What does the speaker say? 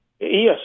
Yes